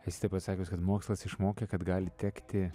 esi tą pasakius kad mokslas išmokė kad gali tekti